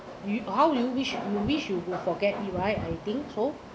you how you wish you wish you could forget it right I think so